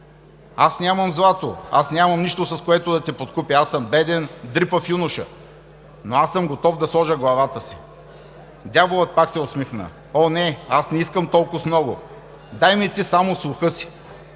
Аз нямам злато, аз нямам нищо с което да те подкупя... Аз съм беден, дрипав юноша... Но аз съм готов да сложа главата си. Дяволът пак се усмихна: – О, не, аз не искам толкоз много! Дай ми ти само слуха си!